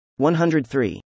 103